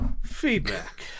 Feedback